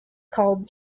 called